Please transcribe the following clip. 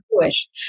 Jewish